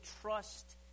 trust